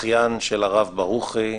אחיין של הרב ברוכי,